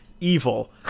Evil